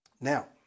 Now